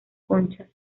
conchas